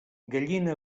gallina